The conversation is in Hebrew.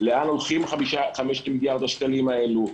לאן הולכים 5 מיליארד השקלים האלה,